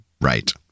Right